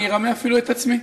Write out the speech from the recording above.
אני ארמה אפילו את עצמי.